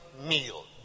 meal